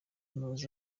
umuyobozi